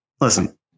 Listen